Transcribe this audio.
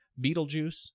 Beetlejuice